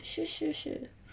是是是